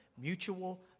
Mutual